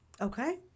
Okay